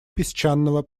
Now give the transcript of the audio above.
песчаного